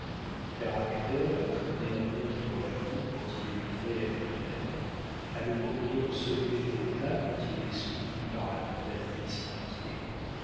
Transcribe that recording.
à traîner un homme dans la boue quand il est livré à lui-même à le conduire au sommet de l'état quand il est soutenu par la main d'un ami sans pitié